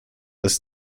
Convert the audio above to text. ist